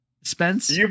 Spence